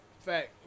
fact